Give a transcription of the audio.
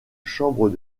chambre